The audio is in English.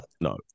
no